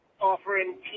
offering